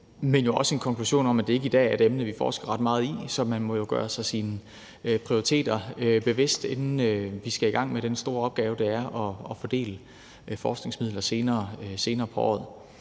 er jo også en konklusion om, at det i dag ikke er et emne, vi forsker ret meget i, så man må jo gøre sig sine prioriteter bevidst, inden vi skal i gang med den store opgave, det er at fordele forskningsmidler senere på året.